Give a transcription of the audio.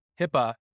HIPAA